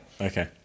Okay